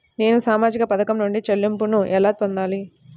నేను సామాజిక పథకం నుండి చెల్లింపును ఎలా పొందాలి?